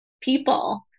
people